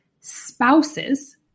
spouses-